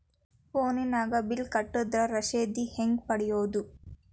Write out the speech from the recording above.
ಫೋನಿನಾಗ ಬಿಲ್ ಕಟ್ಟದ್ರ ರಶೇದಿ ಹೆಂಗ್ ಪಡೆಯೋದು?